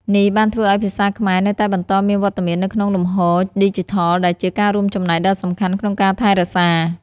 នេះបានធ្វើឱ្យភាសាខ្មែរនៅតែបន្តមានវត្តមាននៅក្នុងលំហឌីជីថល ដែលជាការរួមចំណែកដ៏សំខាន់ក្នុងការថែរក្សា។